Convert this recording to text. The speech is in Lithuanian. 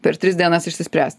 per tris dienas išsispręs